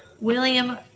William